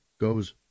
goes